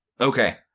okay